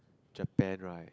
Japan right